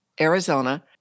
Arizona